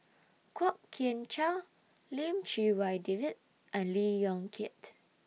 Kwok Kian Chow Lim Chee Wai David and Lee Yong Kiat